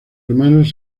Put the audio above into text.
hermanos